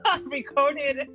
recorded